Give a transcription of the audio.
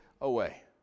away